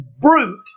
brute